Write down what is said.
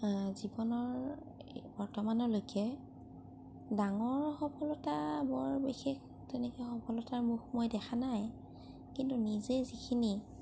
জীৱনৰ বৰ্তমানলৈকে ডাঙৰ সফলতা বৰ বিশেষ তেনেকৈ সফলতাৰ মুখ মই দেখা নাই কিন্তু নিজে যিখিনি